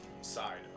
side